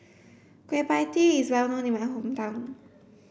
Kueh Pie Tee is well known in my hometown